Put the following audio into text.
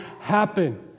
happen